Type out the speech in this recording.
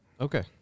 Okay